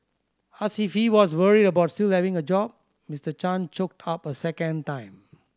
asked if he was worried about still having a job Mister Chan choked up a second time